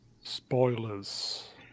Spoilers